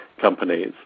companies